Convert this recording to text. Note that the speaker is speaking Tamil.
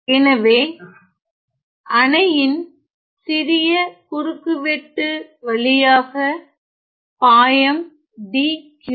எனவே அணையின் சிறிய குறுக்கு வெட்டு வழியாக பாயம் dQ